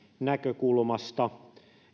näkökulmasta